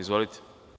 Izvolite.